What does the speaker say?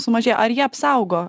sumažėjo ar jie apsaugo